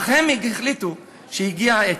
אך הם החליטו שהגיעה העת.